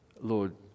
Lord